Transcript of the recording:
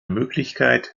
möglichkeit